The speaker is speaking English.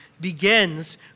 begins